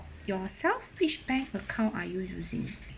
yourself which bank account are you using